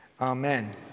Amen